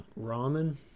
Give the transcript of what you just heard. Ramen